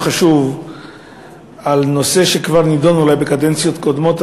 חשוב בנושא שאולי נדון בקדנציות קודמות,